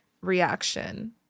reaction